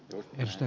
puhemies